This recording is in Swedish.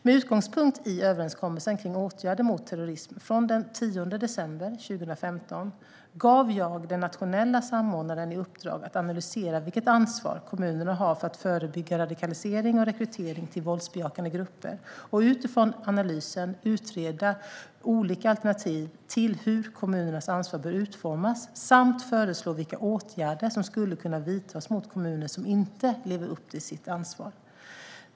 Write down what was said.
Med utgångspunkt i överenskommelsen kring åtgärder mot terrorism från den 10 december 2015 gav jag den nationella samordnaren i uppdrag att analysera vilket ansvar kommunerna har för att förebygga radikalisering och rekrytering till våldsbejakande grupper och utifrån analysen utreda olika alternativ till hur kommunernas ansvar bör utformas samt föreslå vilka åtgärder som skulle kunna vidtas mot kommuner som inte lever upp till sitt ansvar.